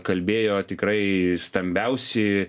kalbėjo tikrai stambiausi